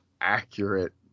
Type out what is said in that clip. accurate